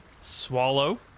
swallow